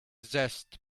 zest